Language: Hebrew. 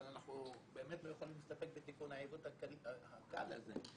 אבל אנחנו באמת לא יכולים להסתפק בתיקון העיוות הקל הזה.